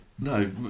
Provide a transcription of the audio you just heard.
No